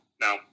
Now